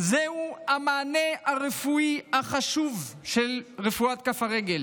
הוא המענה הרפואי החשוב של רפואת כף הרגל